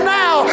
now